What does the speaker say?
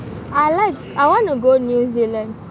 I like I want to go new zealand